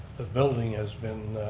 the building has been